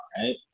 right